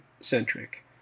centric